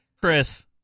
chris